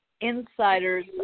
Insiders